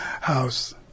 house